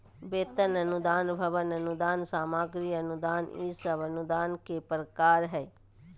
वेतन अनुदान, भवन अनुदान, सामग्री अनुदान ई सब अनुदान के प्रकार हय